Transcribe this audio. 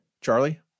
Charlie